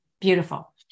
Beautiful